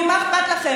כי מה אכפת לכם?